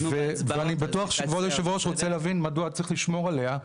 ואני בטוח שכבוד יושב הראש רוצה להבין מדוע צריך לשמור עליה.